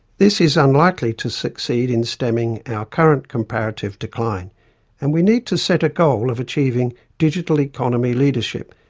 this is unlikely to succeed in stemming our current comparative decline and we need to set a goal of achieving digital economy leadership,